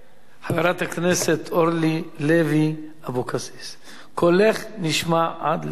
חברת הכנסת אורלי לוי אבקסיס, קולך נשמע עד לכאן.